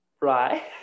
Right